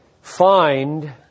find